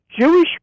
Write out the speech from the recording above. Jewish